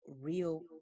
real